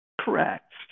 correct